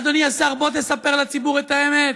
אדוני השר, בוא תספר לציבור את האמת.